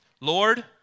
Lord